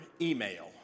email